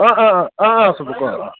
অঁ অঁ অঁ ক'